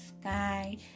sky